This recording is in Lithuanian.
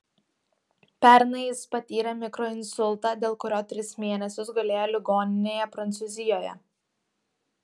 pernai jis patyrė mikroinsultą dėl kurio tris mėnesius gulėjo ligoninėje prancūzijoje